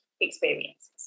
experiences